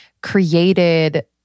created